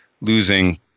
losing